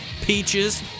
peaches